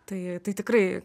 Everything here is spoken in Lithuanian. tai tai tikrai